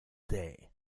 day